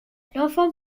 l’enfant